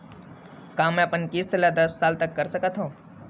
का मैं अपन किस्त ला दस साल तक कर सकत हव?